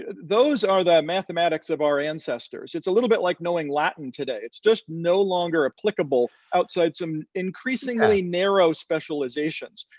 those are the mathematics of our ancestors. it's a little bit like knowing latin today. it's just no longer applicable outside some increasingly narrow specializations.